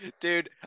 dude